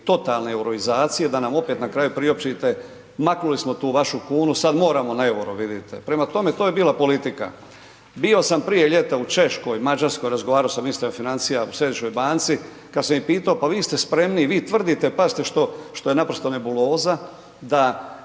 totalne euroizacije da nam opet na kraju priopćite maknuli smo tu vašu kunu sad moramo na EUR-o vidite. Prema tome, to je bila politika. Bio sam prije ljeta u Češkoj, Mađarskoj razgovarao sam ista je financija u središnjoj banci, kad sam ih pitao pa vi ste spremniji, vi tvrdite, pazite što je naprosto nebuloza, da